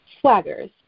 swaggers